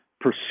pursue